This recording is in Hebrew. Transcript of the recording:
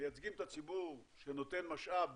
מייצגים את הציבור שנותן משאב